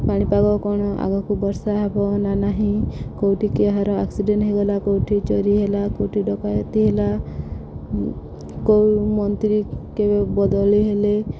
ପାଣିପାଗ କ'ଣ ଆଗକୁ ବର୍ଷା ହେବ ନା ନାହିଁ କେଉଁଠି ଏହାର ଆକ୍ସିଡ଼େଣ୍ଟ ହେଇଗଲା କେଉଁଠି ଚୋରି ହେଲା କେଉଁଠି ଡକାୟତି ହେଲା କେଉଁ ମନ୍ତ୍ରୀ କେବେ ବଦଳି ହେଲେ